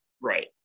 Right